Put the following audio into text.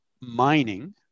mining